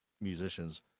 Musicians